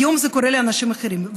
היום זה קורה לאנשים אחרים.